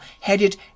headed